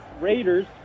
Raiders